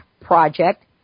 Project